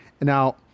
Now